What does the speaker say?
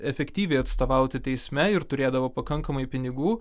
efektyviai atstovauti teisme ir turėdavo pakankamai pinigų